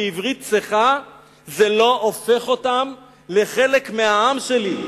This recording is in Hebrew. בעברית צחה זה לא הופך אותם לחלק מהעם שלי.